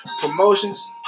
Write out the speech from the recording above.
promotions